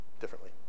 differently